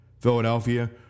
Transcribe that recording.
Philadelphia